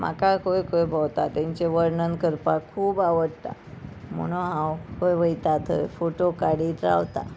म्हाका खंय खंय भोंवता तेंचे वर्णन करपाक खूब आवडटा म्हणून हांव खंय वयता थंय फोटो काडीत रावतां